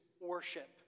worship